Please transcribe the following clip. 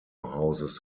houses